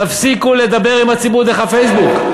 תפסיקו לדבר עם הציבור דרך הפייסבוק.